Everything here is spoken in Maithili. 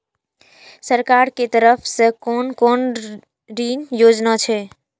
सरकार के तरफ से कोन कोन ऋण योजना छै?